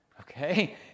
okay